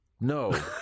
no